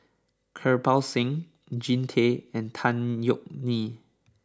Kirpal Singh Jean Tay and Tan Yeok Nee